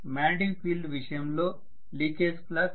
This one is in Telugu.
ప్రొఫెసర్ మాగ్నెటిక్ ఫీల్డ్ విషయంలో లీకేజ్ ఫ్లక్స్